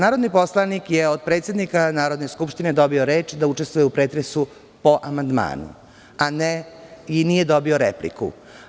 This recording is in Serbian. Narodni poslanik je od predsednika Narodne skupštine dobio reč da učestvuje u pretresu po amandmanu i nije dobio repliku.